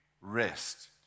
rest